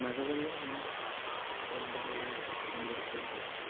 മഴവെള്ളം ഞാൻ എന്തായാലും സംഭരിക്കാറുണ്ട്